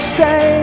say